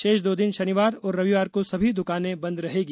शेष दो दिन शनिवार और रविवार को सभी दुकानें बन्द रहेंगी